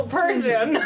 person